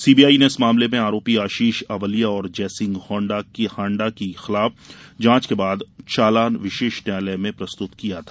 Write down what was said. CBI ने इस मामले में आरोपी आशीष अवलिया और जयसिंह होंडा के खिलाफ जांच के बाद चालान विशेष न्यायालय में प्रस्तुत किया था